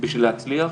בשביל להצליח.